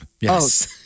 Yes